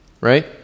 right